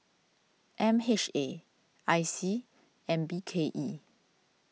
M H A I C and B K E